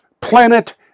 planet